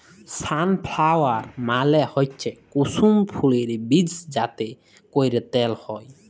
sunflower মালে হচ্যে কুসুম ফুলের বীজ যাতে ক্যরে তেল হ্যয়